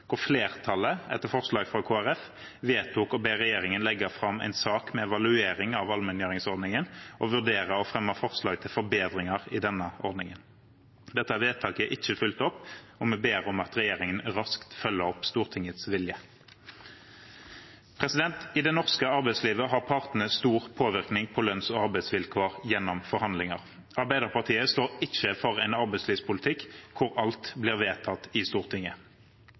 flertallet, etter forslag fra Kristelig Folkeparti, vedtok å be regjeringen legge fram en sak med evaluering av allmenngjøringsordningen og vurdere å fremme forslag til forbedringer i denne ordningen. Dette vedtaket er ikke fulgt opp, og vi ber om at regjeringen raskt følger opp Stortingets vilje. I det norske arbeidslivet har partene stor påvirkning på lønns- og arbeidsvilkår gjennom forhandlinger. Arbeiderpartiet står ikke for en arbeidslivspolitikk hvor alt blir vedtatt i Stortinget.